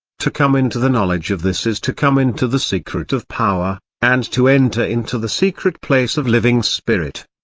to come into the knowledge of this is to come into the secret of power, and to enter into the secret place of living spirit.